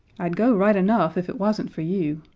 i'd go right enough if it wasn't for you,